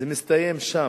זה מסתיים שם.